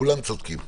כולם צודקים.